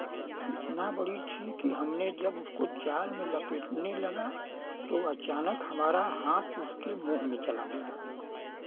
इतना बड़ी थी कि हमने जब उसको जाल में लपटने लगा तो अचानक हमरा हाथ उसके मुंह में चला गया